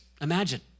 imagine